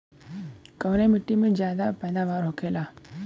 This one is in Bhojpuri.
कवने मिट्टी में ज्यादा पैदावार होखेला?